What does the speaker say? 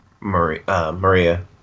Maria